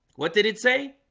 what did it say?